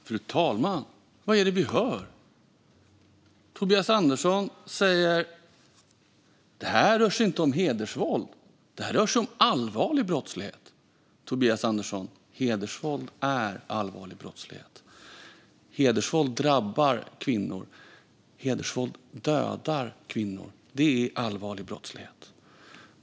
Fru talman! Vad är det vi hör? Tobias Andersson säger att det här inte rör sig om hedersvåld utan om allvarlig brottslighet. Hedersvåld, Tobias Andersson, är allvarlig brottslighet. Hedersvåld drabbar kvinnor. Hedersvåld dödar kvinnor. Det är allvarlig brottslighet.